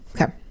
Okay